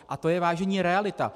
A to je, vážení, realita!